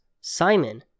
Simon